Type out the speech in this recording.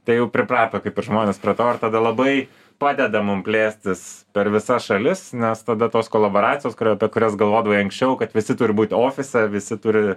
tai jau priprato kaip ir žmonės prie to ir tada labai padeda mum plėstis per visas šalis nes be tos kolaboracijos apie kurias galvodavai anksčiau kad visi turi būt ofise visi turi